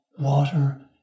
Water